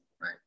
right